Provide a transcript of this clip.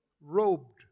Robed